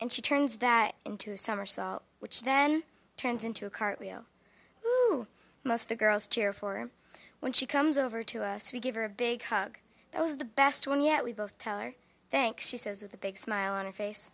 and she turns that into a somersault which then turns into a cartwheel who most of the girls cheer for him when she comes over to us we give her a big hug that was the best one yet we both tell or thanks she says with a big smile on her face